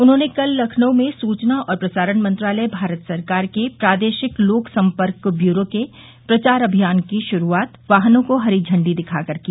उन्होंने कल लखनऊ में सूचना और प्रसारण मंत्रालय भारत सरकार के प्रादेशिक लोक सम्पर्क ब्यूरो के प्रचार अभियान की शुरूआत वाहनों को हरी झंडी दिखाकर की